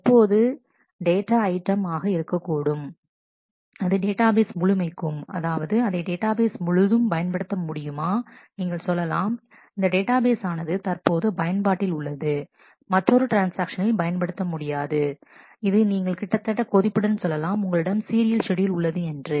இப்போது எது data item ஆக இருக்கக் கூடும் அது டேட்டாபேஸ் முழுமைக்கும் அதாவது அதை டேட்டாபேஸ் முழுதும் பயன்படுத்த முடியுமா நீங்கள் சொல்லலாம் இந்த டேட்டாபேஸ் ஆனது தற்போது பயன்பாட்டில் உள்ளது மற்றொரு ட்ரான்ஸ்ஆக்ஷனில் பயன்படுத்த முடியாது இது நீங்கள் கிட்டத்தட்ட கொதிப்புடன் சொல்லலாம் உங்களிடம் சீரியல் ஷெட்யூல் உள்ளது என்று